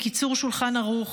קיצור שולחן ערוך,